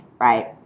Right